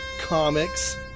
comics